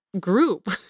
group